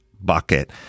bucket